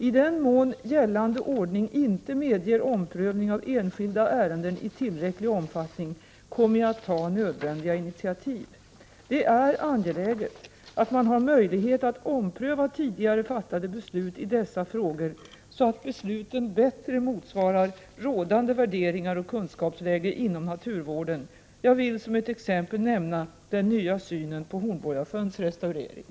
I den mån gällande ordning inte medger omprövning av enskilda ärenden i tillräcklig omfattning kommer jag att ta nödvändiga initiativ. Det är angeläget att man har möjlighet att ompröva tidigare fattade beslut i dessa frågor så att besluten bättre motsvarar rådande värderingar och kunskapsläge inom naturvården. Jag vill som ett exempel nämna den nya synen på Hornborgasjöns restaurering.